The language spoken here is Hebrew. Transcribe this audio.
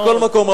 מכל מקום,